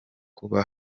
kuba